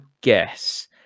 guess